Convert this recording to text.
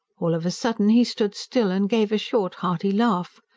all of a sudden he stood still, and gave a short, hearty laugh.